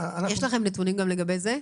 יש לכם נתונים גם לגבי זה?